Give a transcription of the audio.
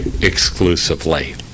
exclusively